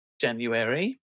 January